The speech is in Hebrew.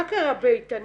מה קרה באיתנים